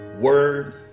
word